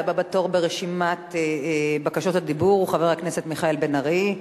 הבא בתור ברשימת בקשות הדיבור הוא חבר הכנסת מיכאל בן-ארי.